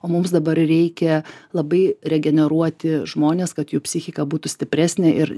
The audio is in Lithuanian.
o mums dabar reikia labai regeneruoti žmones kad jų psichika būtų stipresnė ir